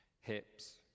hips